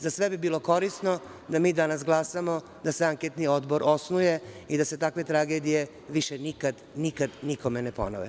Za sve bi bilo korisno da mi danas glasamo da se anketni odbor osnuje i da se takve tragedije više nikada, nikome ne ponove.